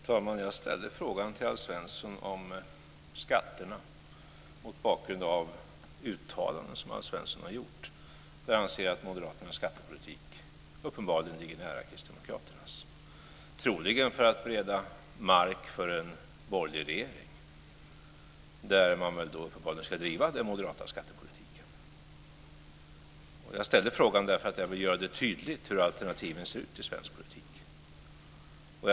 Fru talman! Jag ställde frågan om skatterna till Alf Svensson, mot bakgrund av uttalanden som han har gjort där jag anser att moderaternas skattepolitik uppenbarligen ligger nära kristdemokraternas. Det är troligen för att bereda mark för en borgerlig regering, där man uppenbarligen ska driva den moderata skattepolitiken. Jag ställde frågan därför att jag vill göra det tydligt hur alternativen i svensk politik ser ut.